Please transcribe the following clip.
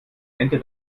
ende